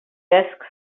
desk